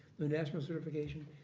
national certification.